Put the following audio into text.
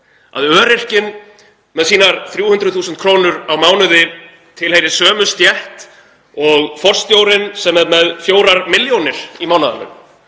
Að öryrkinn með sínar 300.000 kr. á mánuði tilheyri sömu stétt og forstjórinn sem er með 4 milljónir í mánaðarlaun?